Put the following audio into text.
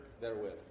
therewith